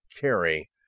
carry